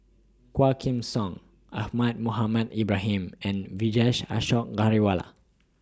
Quah Kim Song Ahmad Mohamed Ibrahim and Vijesh Ashok Ghariwala